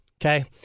Okay